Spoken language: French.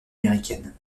américaine